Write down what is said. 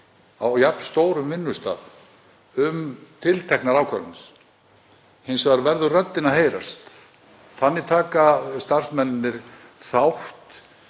á jafn stórum vinnustað um tilteknar ákvarðanir. Hins vegar verður röddin að heyrast. Þannig taka starfsmennirnir þátt